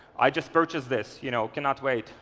i just purchased this, you know cannot wait.